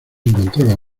encontraba